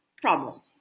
problems